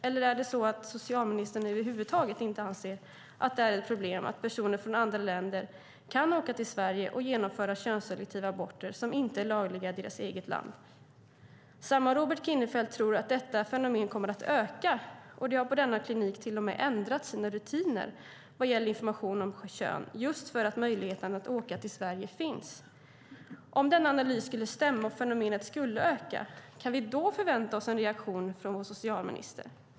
Eller är det så att socialministern över huvud taget inte anser att det är ett problem att personer från andra länder kan åka till Sverige och genomföra könsselektiva aborter som inte är lagliga i deras land? Samme Robert Kinnerfeldt tror att detta fenomen kommer att öka, och man har på denna klinik till och med ändrat sina rutiner vad gäller information om kön just för att möjligheten att åka till Sverige finns. Om denna analys skulle stämma och fenomenet skulle öka, kan vi då förvänta oss en reaktion från vår socialminister?